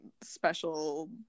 special